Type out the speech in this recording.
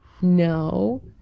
no